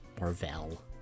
Marvel